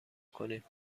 کنیم